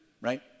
right